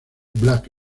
black